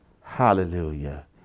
Hallelujah